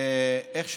איך שאמרנו,